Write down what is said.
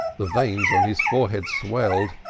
the veins on his forehead swelled,